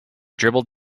dribbled